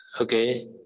Okay